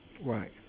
Right